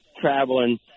traveling